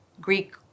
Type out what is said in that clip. Greek